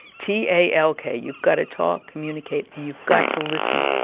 t a l k, you've got to talk, communicate, and you've got to listen.